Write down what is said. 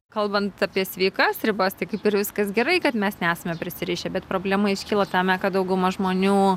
kalbant apie sveikas ribas tai kaip ir viskas gerai kad mes nesame prisirišę bet problema iškilo tame kad dauguma žmonių